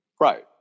Right